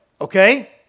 Okay